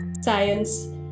Science